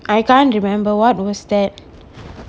I can't remember what was that